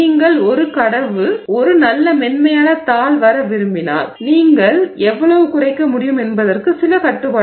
நீங்கள் ஒரு கடவுஎனவே ஒரு நல்ல மென்மையான தாள் வர விரும்பினால் நீங்கள் எவ்வளவு குறைக்க முடியும் என்பதற்கு சில கட்டுப்பாடுகள் உள்ளன